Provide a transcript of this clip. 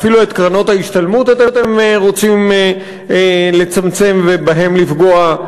אפילו את קרנות ההשתלמות אתם רוצים לצמצם ובהם לפגוע,